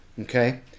Okay